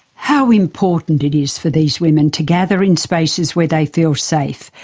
how important it is for these women to gather in spaces where they feel safe,